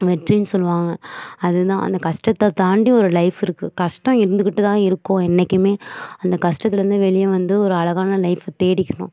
வெற்றின்னு சொல்லுவாங்க அதுதான் அந்த கஷ்டத்தை தாண்டி ஒரு லைஃப் இருக்கு கஷ்டம் இருந்துக்கிட்டு தான் இருக்கும் என்னைக்குமே அந்த கஷ்டத்துலருந்து வெளியே வந்து ஒரு அழகான லைஃபை தேடிக்கணும்